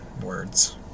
words